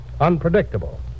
unpredictable